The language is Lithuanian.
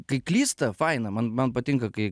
kai klysta faina man man patinka kai